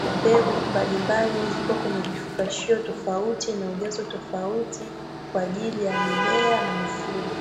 na mbegu mbalimbali, zipo kwenye vifungashio tofauti na ujazo tofauti kwa ajili ya mimea na mifugo.